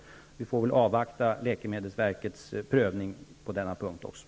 Vi får väl avvakta läkemedelsverkets prövning också på den punkten.